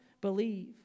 believe